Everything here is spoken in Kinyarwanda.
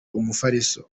umufariso